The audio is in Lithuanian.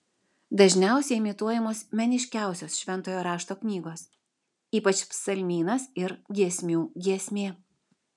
dažniausiai imituojamos meniškiausios šventojo rašto knygos ypač psalmynas ir giesmių giesmė